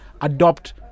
adopt